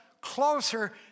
closer